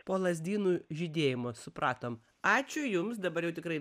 po lazdynų žydėjimo supratom ačiū jums dabar jau tikrai